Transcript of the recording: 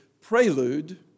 prelude